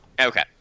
Okay